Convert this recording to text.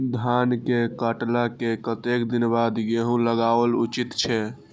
धान के काटला के कतेक दिन बाद गैहूं लागाओल उचित छे?